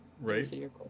right